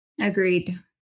Agreed